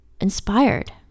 inspired